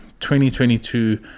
2022